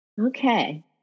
Okay